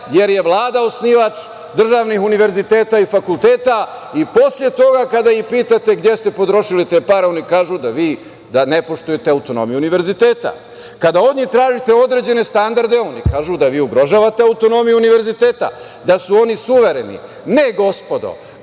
jer je Vlada osnivač državnih univerziteta i fakulteta. Posle toga, kada ih pitate gde ste potrošili te pare, oni kažu da vi ne poštujete autonomiju univerziteta. Kada od njih tražite određene standarde, oni kažu da vi ugrožavate autonomiju univerziteta, da su oni suvereni. Ne gospodo.